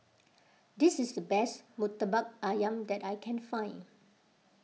this is the best Murtabak Ayam that I can find